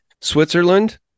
Switzerland